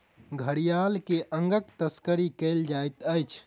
घड़ियाल के अंगक तस्करी कयल जाइत अछि